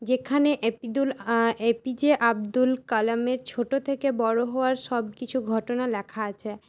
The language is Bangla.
যেখানে এপিদুল এ পি জে আব্দুল কালামের ছোট্ট থেকে বড়ো হওয়ার সব কিছু ঘটনা লেখা আছে